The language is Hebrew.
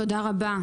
תודה רבה.